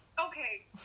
Okay